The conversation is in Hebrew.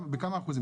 בכמה אחוזים?